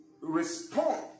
respond